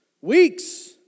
Weeks